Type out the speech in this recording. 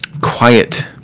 quiet